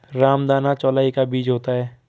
रामदाना चौलाई का बीज होता है